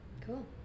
cool